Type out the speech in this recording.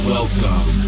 Welcome